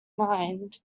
mind